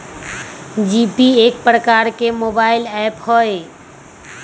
GPay एक प्रकार के मोबाइल ऐप हइ